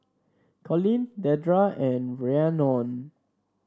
Colin Dedra and Rhiannon